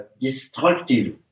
destructive